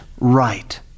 right